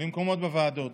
למקומות בוועדות,